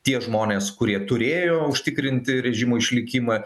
tie žmonės kurie turėjo užtikrinti režimo išlikimą